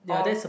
all